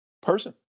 Person